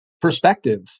perspective